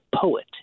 poet